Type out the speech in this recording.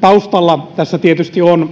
taustalla tässä tietysti on